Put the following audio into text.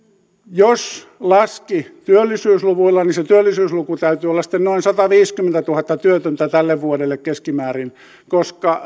jos laski työllisyysluvuilla niin sen työllisyysluvun täytyy olla sitten noin sataviisikymmentätuhatta työtöntä tälle vuodelle keskimäärin koska